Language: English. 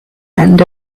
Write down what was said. end